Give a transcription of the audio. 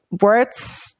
words